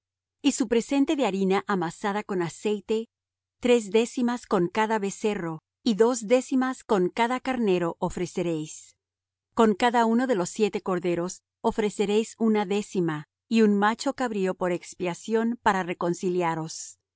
y su presente de harina amasada con aceite tres décimas con cada becerro y dos décimas con cada carnero ofreceréis con cada uno de los siete corderos ofreceréis una décima y un macho cabrío por expiación para reconciliaros esto